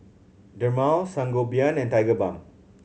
Dermale Sangobion and Tigerbalm